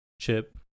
chip